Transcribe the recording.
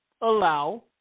allow